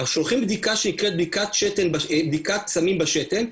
אנחנו שולחים בדיקה שנקראת בדיקת סמים בשתן,